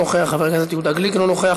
אינה נוכחת, חבר הכנסת עמר בר-לב, אינו נוכח,